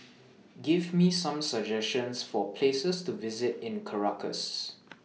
Give Me Some suggestions For Places to visit in Caracas